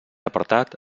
apartat